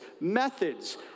methods